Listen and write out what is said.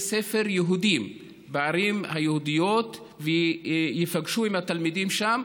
ספר יהודיים בערים היהודיות וייפגשו עם התלמידים שם,